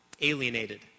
Alienated